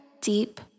deep